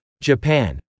Japan